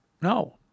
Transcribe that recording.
No